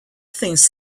things